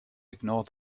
ignore